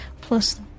plus